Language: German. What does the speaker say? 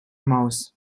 maus